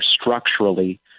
structurally